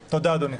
תודה, אדוני.